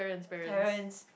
parents